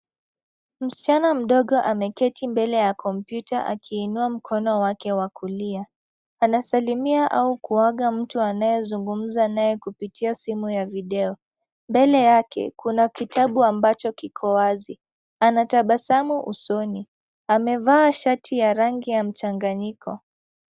Msichana mdogo ameketi mbele ya kompyuta akiinua mkono wake wa kulia. Anasalimia au kuaga mtu anayezungumza naye kupitia simu ya video. Mbele yake kuna kitabu ambacho kiko wazi. Anatabasamu usoni, amevaa shati ya rangi ya mchanganyiko.